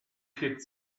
kid